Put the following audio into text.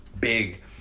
big